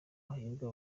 hahirwa